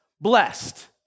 blessed